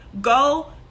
go